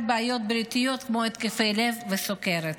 בעיות בריאותיות כמו התקפי לב וסוכרת.